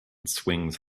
swings